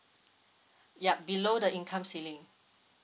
yup below the income ceiling